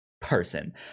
person